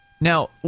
Now